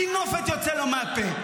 טינופת יוצאת לו מהפה.